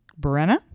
Brenna